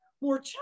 more